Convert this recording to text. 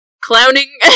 clowning